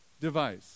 device